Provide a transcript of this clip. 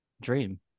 dream